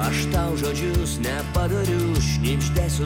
aš tau žodžiu nepadoriu šnibždesiu